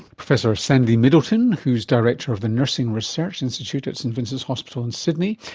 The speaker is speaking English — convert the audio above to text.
professor sandy middleton who is director of the nursing research institute at st vincent's hospital in sydney,